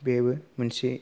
बेबो मोनसे